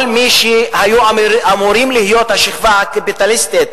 כל מי שהיו אמורים להיות השכבה הקפיטליסטית,